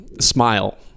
smile